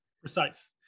Precise